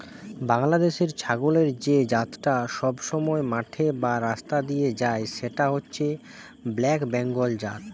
বাংলাদেশের ছাগলের যে জাতটা সবসময় মাঠে বা রাস্তা দিয়ে যায় সেটা হচ্ছে ব্ল্যাক বেঙ্গল জাত